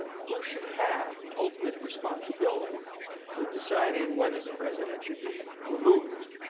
who should have the ultimate responsibility for deciding whether the president should be removed?